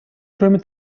кроме